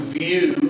view